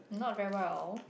not very well at all